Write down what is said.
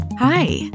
Hi